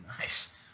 Nice